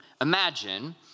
Imagine